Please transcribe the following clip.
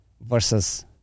versus